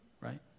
right